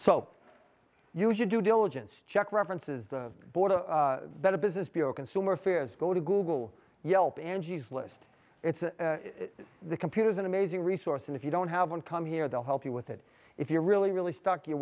so you should do diligence check references the board a better business bureau consumer affairs go to google yelp angie's list the computer is an amazing resource and if you don't have one come here they'll help you with it if you're really really stuck you're